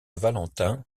valentin